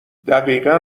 دقیقا